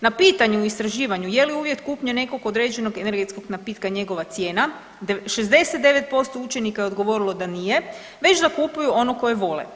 Na pitanju u istraživanju je li uvjet kupnje nekog određenog energetskog napitka njegova cijena 69% učenika je odgovorilo da nije već da kupuju ono koje vole.